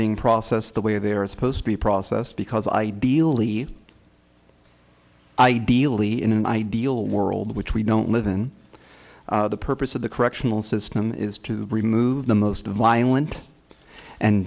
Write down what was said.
being processed the way they are supposed to be processed because ideally ideally in an ideal world which we know more than the purpose of the correctional system is to remove the most violent and